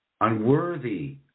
unworthy